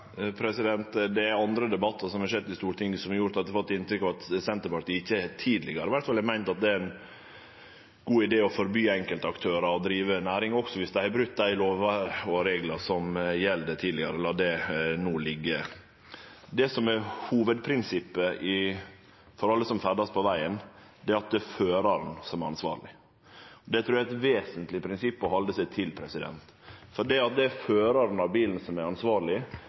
Det er andre debattar som har vore i Stortinget som har gjort at eg har fått inntrykk av at Senterpartiet ikkje – tidlegare i alle fall – har meint at det er ein god idé å forby enkelte aktørar å drive næring, også viss dei har brote dei lovar og reglar som gjeld, tidlegare. La no det liggje. Det som er hovudprinsippet for alle som ferdast på vegen, er at det er føraren som er ansvarleg. Det trur eg er eit vesentleg prinsipp å halde seg til, for det at det er føraren av bilen som er ansvarleg,